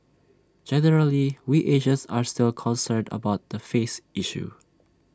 generally we Asians are still concerned about the face issue